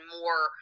more